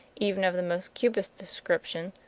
even of the most cubist description,